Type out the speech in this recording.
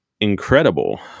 incredible